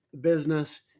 business